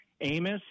Amos